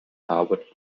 harvard